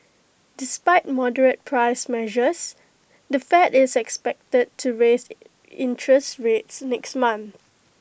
despite moderate price pressures the fed is expected to raise interest rates next month